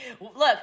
Look